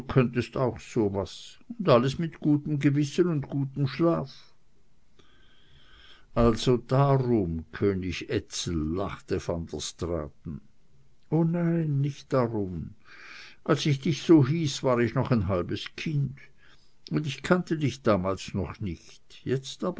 auch so was und alles mit gutem gewissen und gutem schlaf also darum könig ezel lachte van der straaten o nein nicht darum als ich dich so hieß war ich noch ein halbes kind und ich kannte dich damals noch nicht jetzt